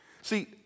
See